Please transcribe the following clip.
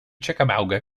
chickamauga